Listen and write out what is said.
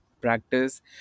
practice